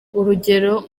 urugero